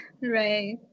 Right